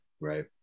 right